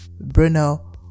Bruno